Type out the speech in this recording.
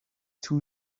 too